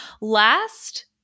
last –